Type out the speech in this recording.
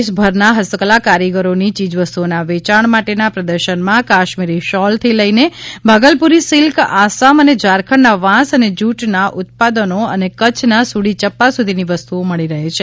દેશભરના હસ્તકલા કારીગરો ની ચીજ વસ્તુઓના વેંચાણ માટેના પ્રદર્શનમાં કાશ્મીરી શોલ થી લઈને ભાગલપુરી સિલ્ક આસામ અને ઝારખંડના વાંસ અને જુટના ઉત્પાદનો અને ક ચ્છના સુડી ચપ્પા સુધીની વસ્તુઓ મળી રહી છે